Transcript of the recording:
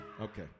Okay